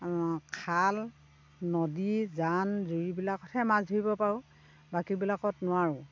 খাল নদী জান জুৰিবিলাকতহে মাছ মাৰিব পাৰোঁ বাকীবিলাকত নোৱাৰোঁ